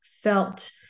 felt